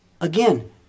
Again